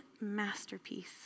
masterpiece